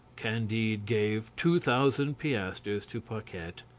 candide gave two thousand piastres to paquette,